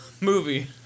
movie